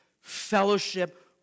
fellowship